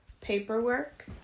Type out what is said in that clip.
paperwork